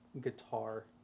guitar